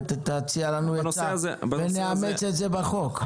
תציע לנו הצעה ואולי נאמץ את זה בחוק.